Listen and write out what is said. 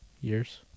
years